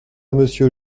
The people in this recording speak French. monsieur